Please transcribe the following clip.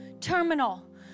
Terminal